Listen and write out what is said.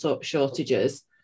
shortages